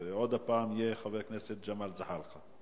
יהיה עוד פעם חבר הכנסת ג'מאל זחאלקה.